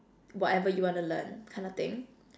whatever you want to learn kind of thing